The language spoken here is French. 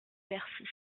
bercy